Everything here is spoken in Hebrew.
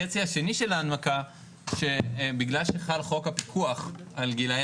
החצי השני של ההנמקה שבגלל שחל חוק הפיקוח על גילאי